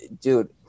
dude